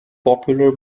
popular